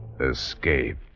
escape